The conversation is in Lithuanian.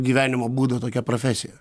gyvenimo būdą tokią profesiją